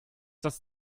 das